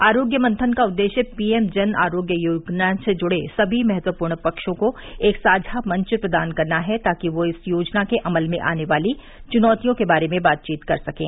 आरोग्य मंथन का उद्देश्य पीएम जन आरोग्य योजना से जुड़े सभी महत्वपूर्ण पक्षों को एक साझा मंच प्रदान करना है ताकि वे इस योजना के अमल में आने वाली च्नौतियों के बारे में बातचीत कर सकें